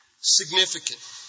significant